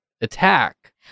attack